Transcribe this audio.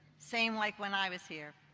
same like when i was here.